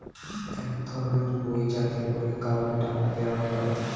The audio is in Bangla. এক ধরনের বই যাতে করে কাউকে টাকা দেয়া হয়